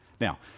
Now